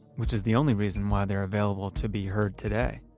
which is the only reason why they're available to be heard today.